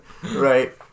right